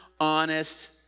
honest